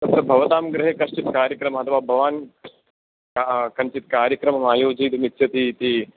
तत्र भवतां गृहे कश्चित् कार्यक्रमः अथवा भवान् कञ्चित् कार्यक्रममायोजयितुमिच्छतीति